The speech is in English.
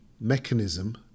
mechanism